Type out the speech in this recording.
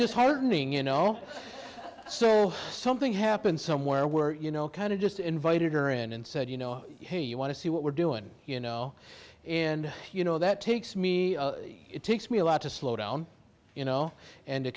disheartening in oh so something happened somewhere where you know kind of just invited her in and said you know hey you want to see what we're doing you know and you know that takes me it takes me a lot to slow down you know and t